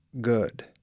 good